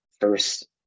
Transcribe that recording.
First